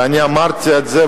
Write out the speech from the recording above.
ואני אמרתי את זה,